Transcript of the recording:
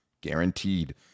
guaranteed